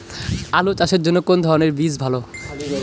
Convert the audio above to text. আলু চাষের জন্য কোন ধরণের বীজ ভালো?